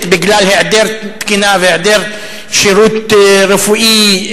בגלל היעדר תקינה והיעדר שירות רפואי,